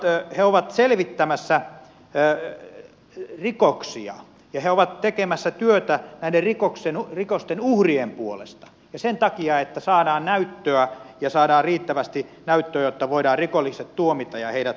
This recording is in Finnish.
he ovat selvittämässä rikoksia ja tekemässä työtä näiden rikosten uhrien puolesta ja sen takia että saadaan näyttöä ja saadaan riittävästi näyttöä jotta voidaan rikolliset tuomita ja heidät saadaan kiinni